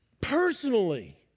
personally